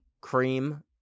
cream